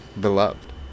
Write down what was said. beloved